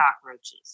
cockroaches